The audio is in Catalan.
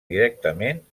directament